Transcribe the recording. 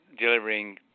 delivering